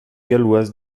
galloise